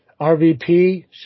RVP